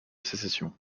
sécession